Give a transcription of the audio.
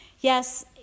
yes